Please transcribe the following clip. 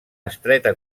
estreta